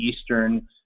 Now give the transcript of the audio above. Eastern